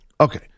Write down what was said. Okay